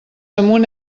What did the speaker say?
amunt